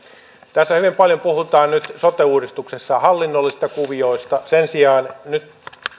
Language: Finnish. tässä hyvin paljon puhutaan nyt sote uudistuksessa hallinnollisista kuvioista sen sijaan nyt